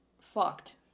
fucked